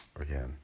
again